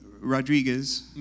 Rodriguez